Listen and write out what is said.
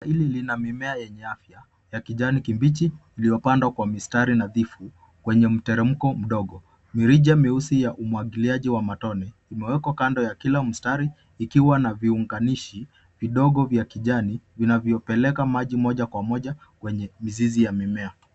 ...hili lina mimea ya afya ya kijani kibichi iliyopandwa kwa mistari nadhifu kwenye mteremko mdogo. Mirija mweusi ya umwagiliaji wa matone umewekwa kando ya kila mstari ikiwa na viunganishi vidogo vya kijani vinavyopeleka maji moja kwa moja kwenye mizizi ya mimea.